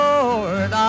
Lord